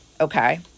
okay